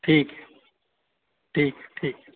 ठीक आहे ठीक ठीक